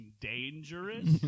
dangerous